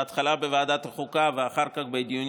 בהתחלה בוועדת החוקה ואחר כך בדיונים